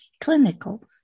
clinical